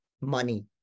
Money